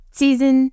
season